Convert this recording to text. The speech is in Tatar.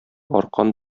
аркан